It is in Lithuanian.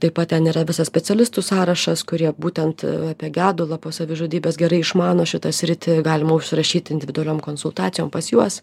taip pat ten yra visas specialistų sąrašas kurie būtent apie gedulą po savižudybės gerai išmano šitą sritį galima užsirašyti individualiom konsultacijom pas juos